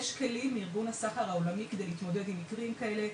יש כלים מארגון הסחר העולמי על מנת להתמודד עם מקרים כאלו.